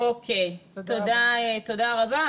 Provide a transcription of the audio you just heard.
תודה רבה,